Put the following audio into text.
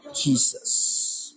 Jesus